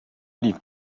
lief